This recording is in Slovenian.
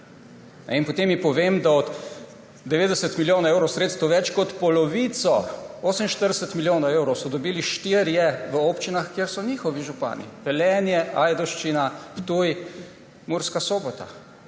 potem ji povem, da od 90 milijonov evrov sredstev, to je več kot polovico, 48 milijonov evrov, so dobili štirje v občinah, kjer so njihovi župani: Velenje, Ajdovščina, Ptuj, Murska Sobota.